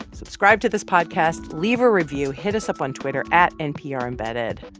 subscribe to this podcast. leave a review. hit us up on twitter at nprembedded.